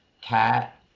cat